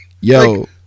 Yo